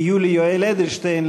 כיולי יואל אדלשטיין,